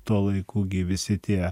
tuo laiku gi visi tie